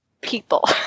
people